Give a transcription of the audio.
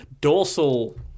Dorsal